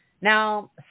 Now